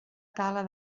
tala